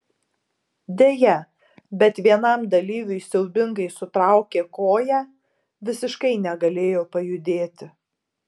deja bet vienam dalyviui siaubingai sutraukė koją visiškai negalėjo pajudėti